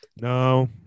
No